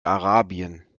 arabien